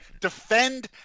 defend